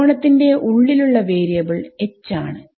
ത്രികോണത്തിന്റെ ഉള്ളിലുള്ള variable H ആണ്